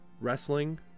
Wrestling